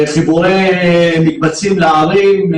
חיבורי מקבצים לערים,